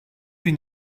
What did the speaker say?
bin